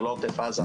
זה לא עוטף עזה.